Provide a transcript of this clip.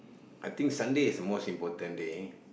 I think Sunday is the most important day